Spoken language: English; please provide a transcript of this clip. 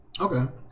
Okay